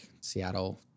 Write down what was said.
seattle